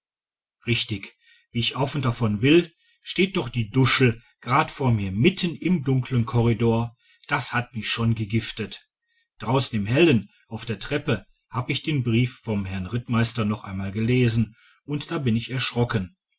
richtig wie ich auf und davon will steht doch die duschl gerad vor mir mitten im dunklen korridor das hat mich schon gegiftet draußen im hellen auf der treppe habe ich den brief vom herrn rittmeister noch einmal gelesen und da bin ich erschrocken